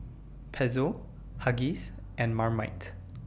Pezzo Huggies and Marmite